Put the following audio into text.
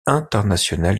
internationales